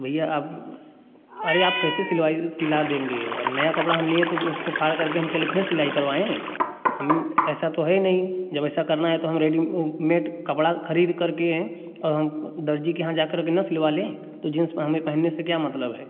भैया अब अरे आप कैसे सिलवाई सिला देंगे अब नया कपड़ा हम लिए तो वो उसको फाड़ करके हम चलें फिर सिलाई करवाएँ हम ऐसा तो है नहीं जब ऐसा करना है तो हम रेडीमेड कपड़ा खरीद करके और हम दर्ज़ी के यहाँ जा करके न सिलवा लें तो जींस हमें पहनने से क्या मतलब है